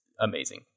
amazing